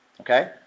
okay